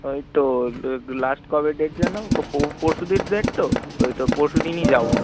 ওই তো লাস্ট কবে ডেট যেন ও পরশু দিন ডেট তো ওইতো পরশু দিনই যাব